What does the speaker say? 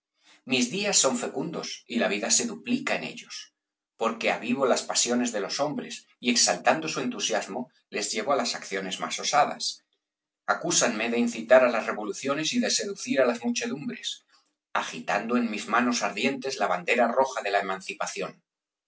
mis días son fecundos y la vida se duplica en ellos porque avivo las pasiones de los hombres y exaltando su entusiasmo les llevo á las acciones más osadas acúsanme de incitar á las revoluciones y de seducir á las muchedumbres agitando en mis manos ardientes la bandera roja de la emancipación